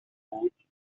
بود